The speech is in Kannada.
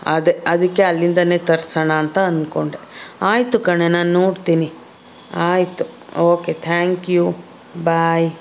ಅದೇ ಅದಕ್ಕೆ ಅಲ್ಲಿಂದಾನೆ ತರ್ಸೋಣ ಅಂತ ಅನ್ಕೊಂಡೆ ಆಯಿತು ಕಣೆ ನಾನು ನೋಡ್ತೀನಿ ಆಯಿತು ಓಕೆ ಥ್ಯಾಂಕ್ ಯು ಬಾಯ್